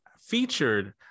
featured